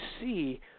see –